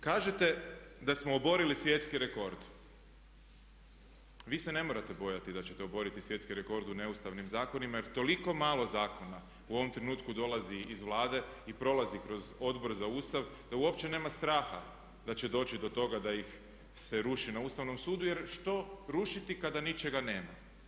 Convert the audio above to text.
Kažete da smo oborili svjetski rekord, vi se ne morate bojati da ćete oboriti svjetski rekord u neustavnim zakonima jer toliko malo zakona u ovom trenutku dolazi iz Vlade i prolazi kroz Odbor za Ustav da uopće nema straha da će doći do toga da ih se ruši na Ustavnom sudu jer što rušiti kada ničega nema.